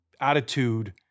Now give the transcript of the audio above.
attitude